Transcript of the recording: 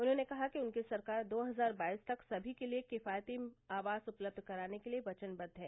उन्होंने कहा कि उनकी सरकार दो हजार बाईस तक सभी के लिए किफायती आवास उपलब्ध कराने के लिए वचनबद्द है